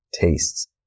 tastes